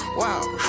wow